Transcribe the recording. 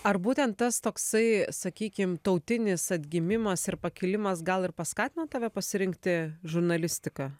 ar būtent tas toksai sakykim tautinis atgimimas ir pakilimas gal ir paskatino tave pasirinkti žurnalistiką